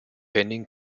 henning